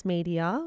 Media